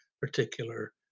particular